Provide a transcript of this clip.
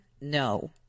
No